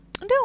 No